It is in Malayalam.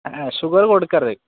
ഷുഗർ കൊടുക്കരുത്